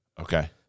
Okay